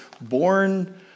born